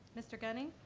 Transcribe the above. mr. gunning.